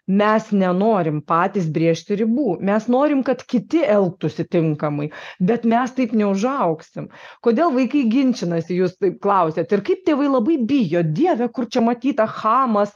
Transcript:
mes nenorim patys brėžti ribų mes norim kad kiti elgtųsi tinkamai bet mes taip neužaugsim kodėl vaikai ginčinasi jūs taip klausiat ir kaip tėvai labai bijo dieve kur čia matyta chamas